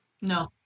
no